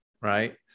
right